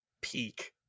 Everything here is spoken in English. peak